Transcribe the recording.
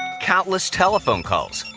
countless telephone calls.